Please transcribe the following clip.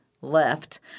left